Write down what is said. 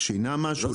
שינה משהו?